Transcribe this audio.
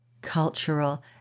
cultural